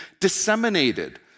disseminated